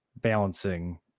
balancing